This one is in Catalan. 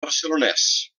barcelonès